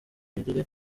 mirire